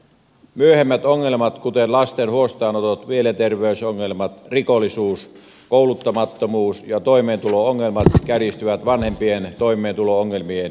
myöhemmät ongelmat kuten lasten huostaanotot mielenterveysongelmat rikollisuus kouluttamattomuus ja toimeentulo ongelmat kärjistyvät vanhempien toimeentulo ongelmien lisääntyessä